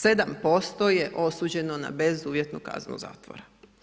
7% je osuđeno na bezuvjetnu kaznu zatvora.